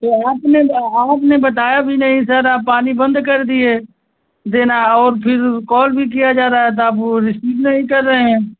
तो आपने आपने बताया भी नहीं सर आप पानी बंद कर दिए देना और फिर कॉल भी किया जा रहा था आप वो रिसीव नहीं कर रहे हैं